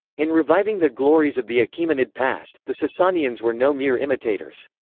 in reviving the glories of the achaemenid past, the sasanians were no mere imitators.